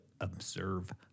observe